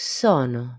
sono